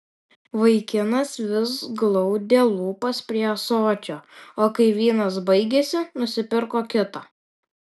vaikinas vis glaudė lūpas prie ąsočio o kai vynas baigėsi nusipirko kitą